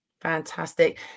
Fantastic